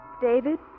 David